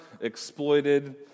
exploited